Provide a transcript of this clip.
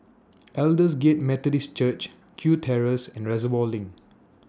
Aldersgate Methodist Church Kew Terrace and Reservoir LINK